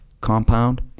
compound